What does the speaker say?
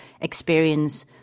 experience